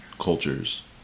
cultures